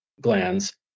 glands